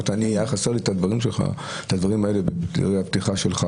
אני אתייחס לדברים שלך בדברי הפתיחה שלך